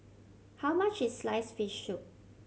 how much is sliced fish soup